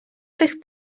тих